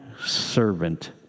servant